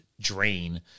drain